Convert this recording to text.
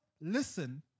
listen